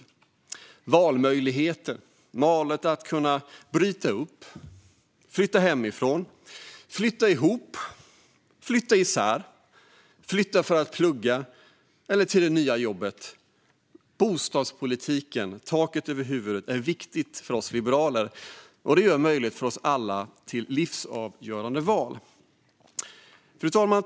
Det handlar om valmöjligheter - att kunna bryta upp, flytta hemifrån, flytta ihop eller flytta isär, flytta för att plugga eller flytta till det nya jobbet. Bostadspolitiken, tak över huvudet, är viktig för oss liberaler. Den gör det möjligt för oss alla med livsavgörande val. Fru talman!